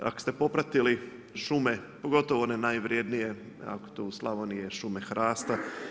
Ak ste popratili šume, pogotovo one najvrijednije, a to u Slavoniji je šume hrasta.